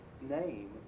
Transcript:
name